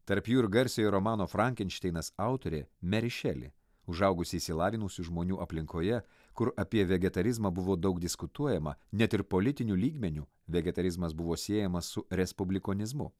tarp jų ir garsiojo romano frankenšteinas autorė meri šeli užaugusi išsilavinusių žmonių aplinkoje kur apie vegetarizmą buvo daug diskutuojama net ir politiniu lygmeniu vegetarizmas buvo siejamas su respublikonizmu